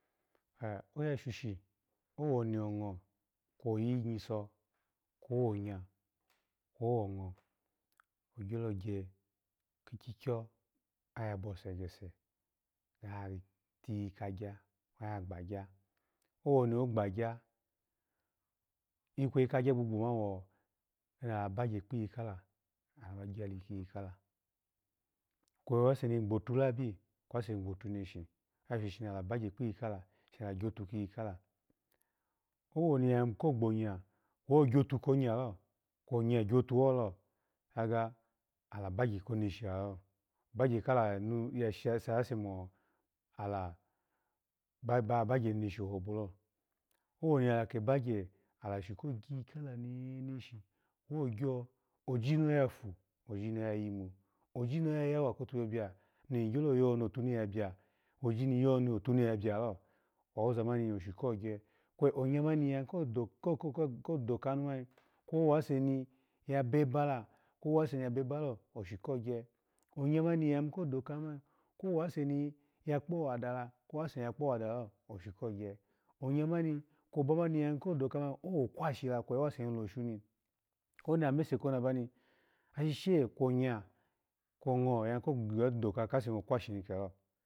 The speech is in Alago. A roya shoshi owoni ongo kwoyi nyiso kwonya, kwongo ogyalo gye kikyikyo, abose gese ga tiya kanya, ga gbanya, owoni ogbanya ikweyi kanya gbogbo wo ni ala bagye kpiyi kala, ala ba jidadi kiyi kala, kwe ase gbotulubi, kwe aseni gbotu neshi, oya shoshi ni alabagye kpiyila, shala kyotu kiyi kala, woni aya yimu ko gbonya kweyi gyotu konye lo kwonya gyetuholo kaga ola bagye ko neshi lalo, obagye kala ya shase mo ala ba ba wa bagye neneshi ohobo lo, owoni aja ke bagye ala shun ko gyikala nenashi kweyi ogyo oji noyafu oji noya wa kotuloyobiya ni gyo yo ni otunu yabiya, oji ni yo ni otuhi yabiyalo, awoza ishu ko gye mani kwe onya mani, ni ya ko ko doka mani, kwe owase ni ya bebela kwe owase ni ya bebelo osha ko gye onya mani yayi mu ko doka mani kwe wase ni ya kpowa dala kwe owase ni ya kpowadalo oshu ko gye, onya mani kwe obamani ya yima ko doka mani owokwashi lake kwe owase ni losho ni, koni anase kona bani, ashishe kwonya kwongo ya yimu ko ga doka kase ni wokwashini kilo.